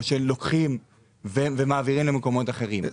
או שלוקחים ומעבירים למקומות אחרים,